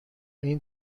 این